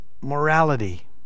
Morality